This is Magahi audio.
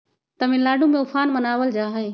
तमिलनाडु में उफान मनावल जाहई